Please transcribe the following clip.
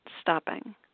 stopping